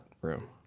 room